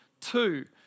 two